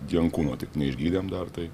jankūno neišgydėm dar tai